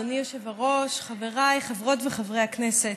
אדוני היושב-ראש, חבריי חברות וחברי הכנסת,